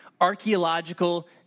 archaeological